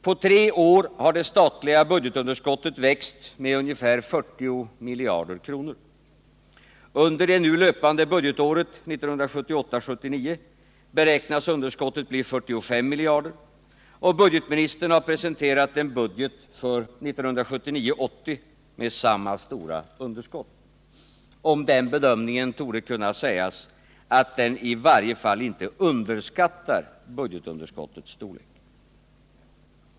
På tre år har det statliga budgetunderskottet växt med ungefär 40 miljarder kronor. Under det nu löpande budgetåret, 1978 80 med samma stora underskott. Om den bedömningen torde kunna sägas att den i varje fall inte underskattar budgetunderskottets storlek.